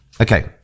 Okay